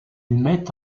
met